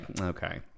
okay